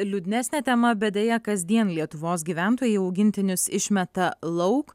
liūdnesne tema bet deja kasdien lietuvos gyventojai augintinius išmeta lauk